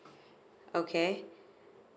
okay